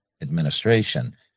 administration